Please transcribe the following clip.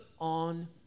on